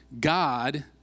God